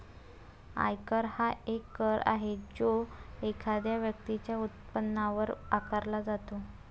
आयकर हा एक कर आहे जो एखाद्या व्यक्तीच्या उत्पन्नावर आकारला जातो